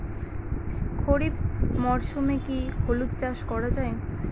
খরিফ মরশুমে কি হলুদ চাস করা য়ায়?